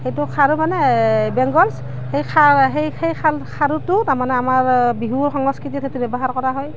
সেইটো খাৰু মানে বেংগলছ সেই খা সেই সেই খাৰ খাৰুটো তাৰমানে আমাৰ বিহু সংস্কৃতিত সেইটো ব্যৱহাৰ কৰা হয়